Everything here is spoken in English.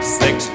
six